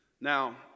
Now